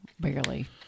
Barely